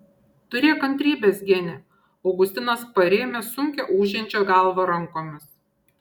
turėk kantrybės gene augustinas parėmė sunkią ūžiančią galvą rankomis